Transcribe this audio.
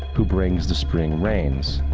who brings the spring rains.